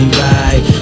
right